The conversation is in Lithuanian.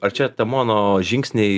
ar čia mano žingsniai